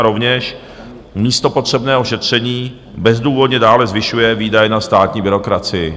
Rovněž místo potřebného šetření bezdůvodně dále zvyšuje výdaje na státní byrokracii.